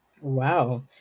Wow